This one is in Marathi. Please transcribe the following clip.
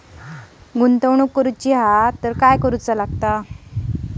गुंतवणूक करण्यासाठी काय करायला लागते?